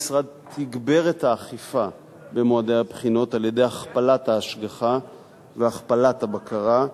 המשרד תגבר את האכיפה במועדי הבחינות על-ידי הכפלת ההשגחה והכפלת הבקרה,